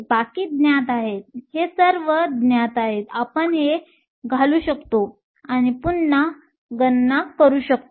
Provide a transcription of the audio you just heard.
बाकी ज्ञात आहे हे सर्व ज्ञात आहेत आपण हे घालू शकतो आणि पुन्हा गणना करू शकतो